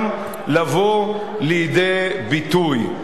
גם לבוא לידי ביטוי.